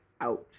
ouch